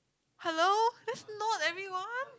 hello that's not everyone